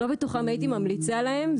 אני לא בטוחה אם הייתי ממליצה להם.